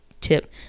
tip